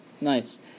Nice